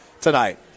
tonight